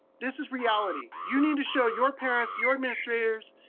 this is reality. you need to show your parents, your administrators,